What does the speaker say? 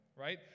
right